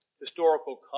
historical